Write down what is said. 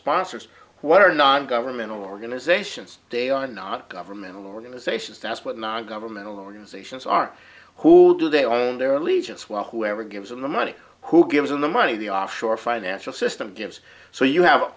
sponsors what are non governmental organizations they are not governmental organizations that's what non governmental organizations are who do they own their allegiance well whoever gives them the money who gives them the money the offshore financial system gives so you have